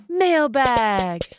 mailbag